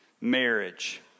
marriage